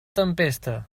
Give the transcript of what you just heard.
tempesta